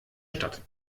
stadt